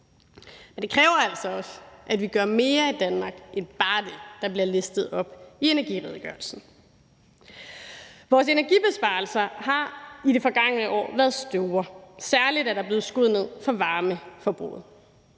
men det kræver altså også, at vi gør mere i Danmark end bare det, der bliver listet op i energiredegørelsen. Vores energibesparelser har i det forgangne år været store, særlig er der blevet skåret ned for varmeforbruget.